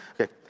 Okay